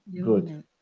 Good